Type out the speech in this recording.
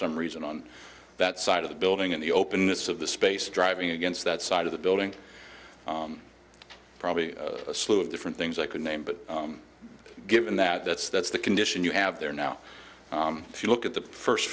some reason on that side of the building and the openness of the space driving against that side of the building probably a slew of different things i could name but given that that's that's the condition you have there now if you look at the first